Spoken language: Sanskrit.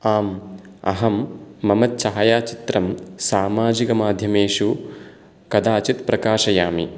आम् अहं मम छायाचित्रं सामाजिकमाध्यमेषु कदाचिद् प्रकाशयामि